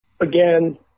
Again